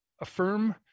affirm